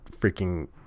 freaking